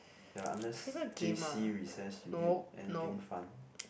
ya unless J_C recess you did anything fun